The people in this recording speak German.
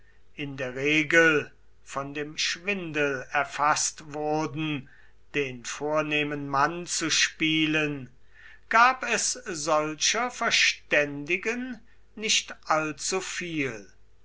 in der regel von dem schwindel erfaßt wurden den vornehmen mann zu spielen gab es solcher verständigen nicht allzuviel